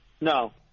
No